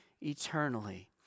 eternally